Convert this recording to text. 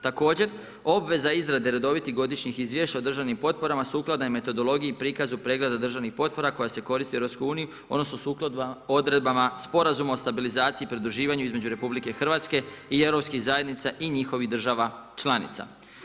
Također obveza izrade redovitih godišnjih izvješća o državnim potpora sukladno je metodologiji i prikazu državnih potpora koja se koristi u EU odnosno sukladno odredbama Sporazuma o stabilizaciji i pridruživanju između RH i europskih zajednica i njihovih država članica.